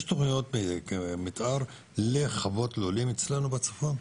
יש תוכניות מתאר לחוות לולים אצלנו בצפון?